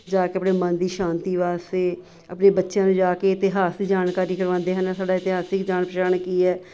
ਜਾ ਕੇ ਆਪਣੇ ਮਨ ਦੀ ਸ਼ਾਂਤੀ ਵਾਸਤੇ ਆਪਣੇ ਬੱਚਿਆਂ ਨੂੰ ਜਾ ਕੇ ਇਤਿਹਾਸ ਦੀ ਜਾਣਕਾਰੀ ਕਰਵਾਉਂਦੇ ਹਨ ਸਾਡਾ ਇਤਿਹਾਸਿਕ ਜਾਣ ਪਛਾਣ ਕੀ ਹੈ